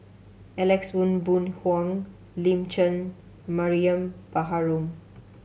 Alex Ong Boon Hau Lin Chen Mariam Baharom